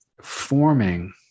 forming